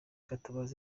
gatabazi